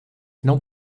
não